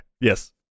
yes